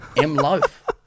M.loaf